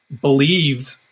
believed